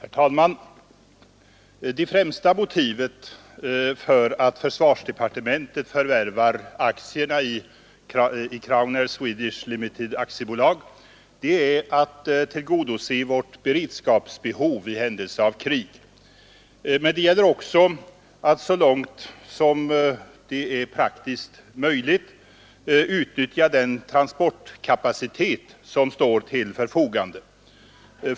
Herr talman! Det främsta motivet för att försvarsdepartementet förvärvar aktierna i Crownair Swedish Ltd AB är vårt behov av transportberedskap i händelse av krig, men det gäller också att så långt som det är praktiskt möjligt utnyttja den transportkapacitet som står till förfogande.